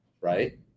right